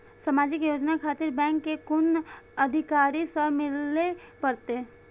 समाजिक योजना खातिर बैंक के कुन अधिकारी स मिले परतें?